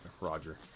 roger